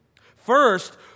First